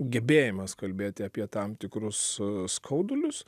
gebėjimas kalbėti apie tam tikrus skaudulius